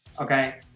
okay